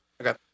okay